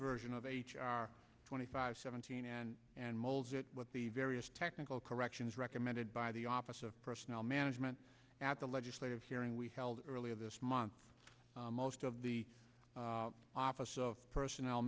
version of h r twenty five seventeen and molds it with the various technical corrections recommended by the office of personnel management at the legislative hearing we held earlier this month most of the office of personnel